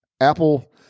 Apple